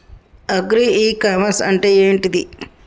Agri ecommerce అంటే ఏంటిది?